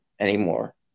anymore